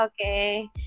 Okay